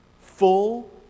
full